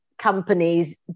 companies